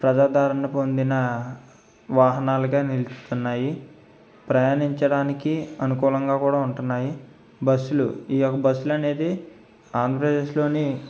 ప్రజాదారణ పొందిన వాహనాలుగా నిలిపిస్తున్నాయి ప్రయాణించడానికి అనుకూలంగా కూడా ఉంటున్నాయి బస్సులు ఈ యొక్క బస్సులు అనేది ఆంధ్రప్రదేశ్లోని